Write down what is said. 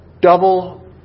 double